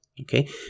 okay